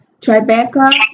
Tribeca